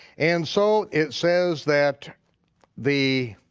and so it says that the,